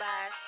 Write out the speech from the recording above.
Bye